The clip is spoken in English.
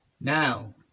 Now